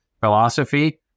philosophy